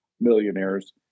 millionaires